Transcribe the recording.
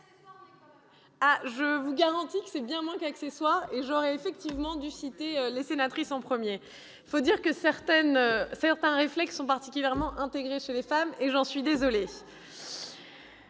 Je vous garantis que c'est bien moins qu'accessoire. J'aurais effectivement dû citer les sénatrices en premier. Il faut dire que certains réflexes sont particulièrement intégrés chez les femmes ... C'est vrai ! J'en suis désolée.